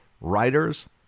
writers